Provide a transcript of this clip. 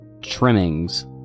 trimmings